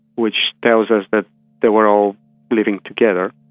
which tells us that they were all living together.